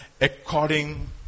according